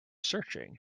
searching